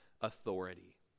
authority